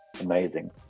amazing